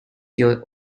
your